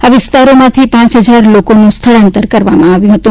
આ વિસ્તારોમાંથી પાંચ હજાર લોકોનું સ્થળાંતર કરવામાં આવ્યું હતું